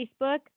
Facebook